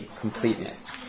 Completeness